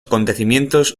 acontecimientos